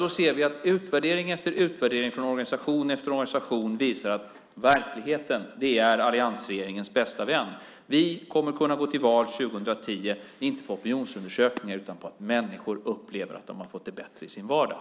Vi ser att utvärdering efter utvärdering från organisation efter organisation visar att verkligheten är alliansregeringens bästa vän. Vi kommer att kunna gå till val 2010, inte på opinionsundersökningar utan på att människor upplever att de har fått det bättre i sin vardag.